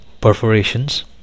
perforations